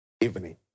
evening